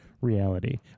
reality